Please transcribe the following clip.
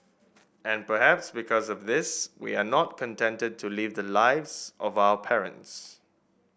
and perhaps because of this we are not contented to lead the lives of our parents